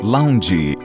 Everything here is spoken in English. Lounge